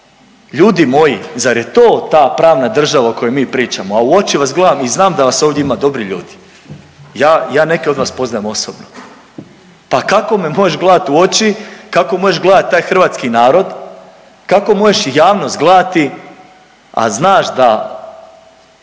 Ljudi moji zar je to ta pravna država o kojoj mi pričamo? A u oči vas gledam i znam da vas ovdje ima dobrih ljudi. Ja neke od vas poznajem osobno, pa kako me moš gledat u oči, kako možeš gledat taj hrvatski narod, kako možeš javnost gledati, a znaš da